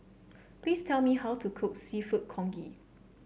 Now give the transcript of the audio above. please tell me how to cook seafood Congee